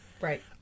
right